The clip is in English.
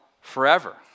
forever